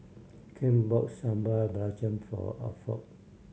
Ken bought Sambal Belacan for Alford